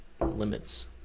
limits